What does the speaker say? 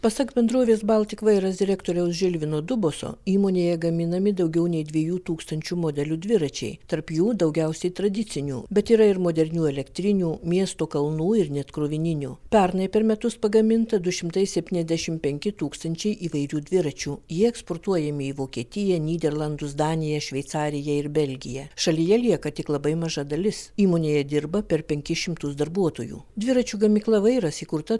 pasak bendrovės baltik vairas direktoriaus žilvino duboso įmonėje gaminami daugiau nei dviejų tūkstančių modelių dviračiai tarp jų daugiausiai tradicinių bet yra ir modernių elektrinių miesto kalnų ir net krovininių pernai per metus pagaminta du šimtai septyniasdešimt penki tūkstančiai įvairių dviračių jie eksportuojami į vokietiją nyderlandus daniją šveicariją ir belgiją šalyje lieka tik labai maža dalis įmonėje dirba per penkis šimtus darbuotojų dviračių gamykla vairas įkurta